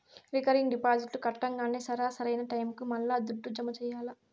recurring డిపాజిట్లు కట్టంగానే సరా, సరైన టైముకి మల్లా దుడ్డు జమ చెయ్యాల్ల